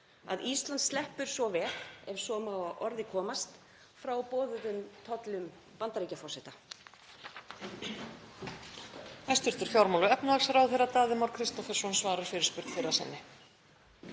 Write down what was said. að Ísland sleppur svo vel, ef svo má að orði komast, frá boðuðum tollum Bandaríkjaforseta.